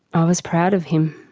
i was proud of him,